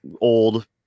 old